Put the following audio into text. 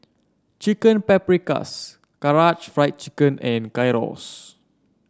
Chicken Paprikas Karaage Fried Chicken and Gyros